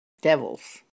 Devils